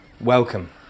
Welcome